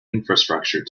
infrastructure